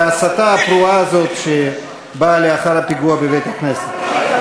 בהסתה הפרועה הזאת שבאה לאחר הפיגוע בבית-הכנסת.